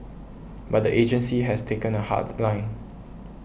but the agency has taken a hard line